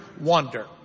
wonder